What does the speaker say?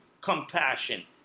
compassion